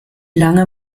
lange